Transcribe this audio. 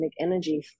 energy